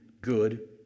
good